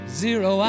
zero